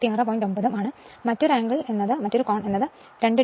9 ഒയും മറ്റൊരു കോണാണ് ഈ കോണും 2 degree